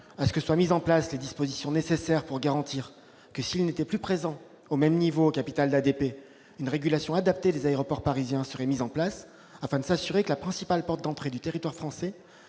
à ce que soient mises en place les dispositions nécessaires pour garantir que, s'il n'était plus présent au même niveau au capital d'ADP, une régulation adaptée des aéroports parisiens serait instaurée, afin de s'assurer que la principale porte d'entrée du territoire français